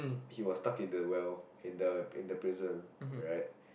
he was stuck in the well in the prison in the prison right